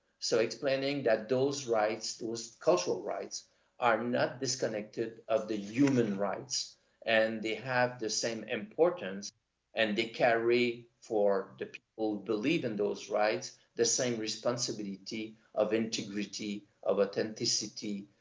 so, explaining that those rights, those cultural rights are not disconnected of the human rights and they have the same importance and they carry for the people believe in those rights the same responsibility of integrity, of authenticity,